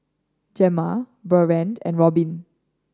Gemma Bertrand and Robin